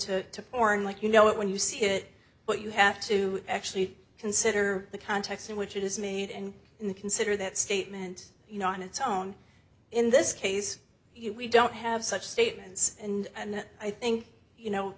kin to born like you know it when you see it but you have to actually consider the context in which it is made and the consider that statement you know on its own in this case we don't have such statements and i think you know